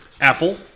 Apple